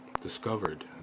discovered